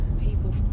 people